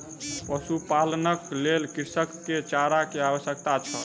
पशुपालनक लेल कृषक के चारा के आवश्यकता छल